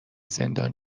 زندان